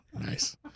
nice